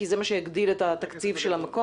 כי זה מה שיגדיל את התקציב של המקום.